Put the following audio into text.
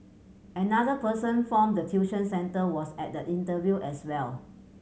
another person form the tuition centre was at the interview as well